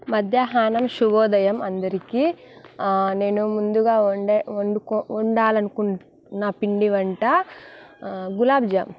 మధ్యాహ్నం శుభోదయం అందరికీ నేను ముందుగా వండ వండు వండాలనుకున్న పిండి వంట గులాబ్జామ్